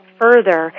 further